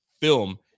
film